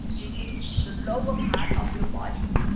this is the lower part of your body.